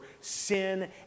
sin